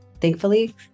Thankfully